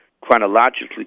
chronologically